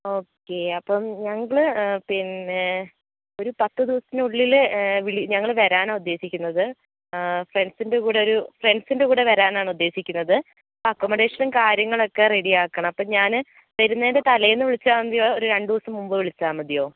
okay അപ്പോൾ ഞങ്ങൾ പിന്നെ ഒരു പത്ത് ദിവസത്തിനുള്ളിൽ വിളി ഞങ്ങൾ വരാനാണ് ഉദ്ദേശിക്കുന്നത് ആ ഫ്രണ്ട്സിന്റെ കൂടൊരു ഫ്രണ്ട്സിന്റെ കൂടെ വരാനാണ് ഉദ്ദേശിക്കുന്നത് അപ്പോൾ അക്കോമഡേഷനും കാര്യങ്ങളൊക്കെ റെഡിയാക്കണം അപ്പോൾ ഞാൻ വരുന്നതിൻ്റെ തലേന്ന് വിളിച്ചാൽ മതിയോ ഒരു രണ്ടു ദിവസം മുൻപ് വിളിച്ചാൽ മതിയോ